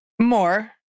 More